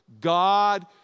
God